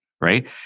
Right